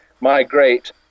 migrate